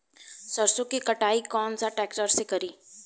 सरसों के कटाई कौन सा ट्रैक्टर से करी?